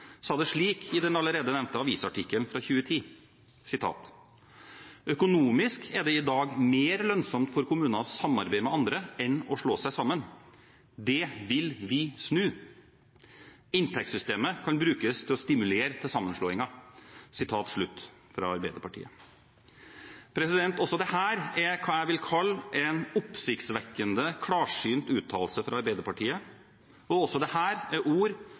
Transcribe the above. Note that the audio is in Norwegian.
sa det nemlig slik i den allerede nevnte avisartikkelen fra 2010: «Økonomisk er det i dag mer lønnsomt for kommuner å samarbeide med andre enn å slå seg sammen. Det vil vi snu. Inntektssystemet kan brukes til å stimulere til sammenslåinger.» Også dette er hva jeg vil kalle en oppsiktsvekkende klarsynt uttalelse fra Arbeiderpartiet. Og også dette er ord